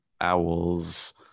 owls